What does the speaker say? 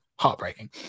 heartbreaking